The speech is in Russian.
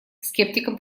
скептикам